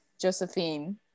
Josephine